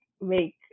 make